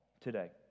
today